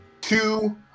two